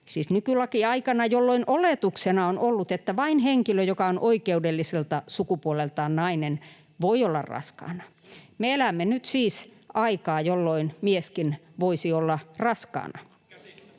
nykylaki aikana — ”jolloin oletuksena on ollut, että vain henkilö, joka on oikeudelliselta sukupuoleltaan nainen, voi olla raskaana.” Me elämme nyt siis aikaa, jolloin mieskin voisi olla raskaana.